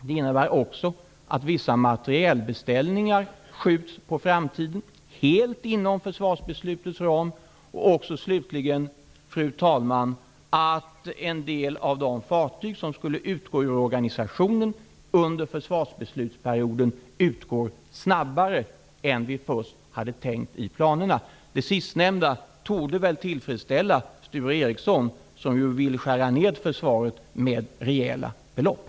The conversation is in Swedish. Det innebär också att vissa materielbeställningar skjuts på framtiden -- helt inom försvarsbeslutets ram -- och slutligen, fru talman, att en del av de fartyg som skulle utgå ur organisationen under försvarsbeslutsperioden utgår snabbare än vad vi först hade tänkt i planerna. Det sistnämnda torde väl tillfredsställa Sture Ericson, som ju vill skära ned förvaret med rejäla belopp.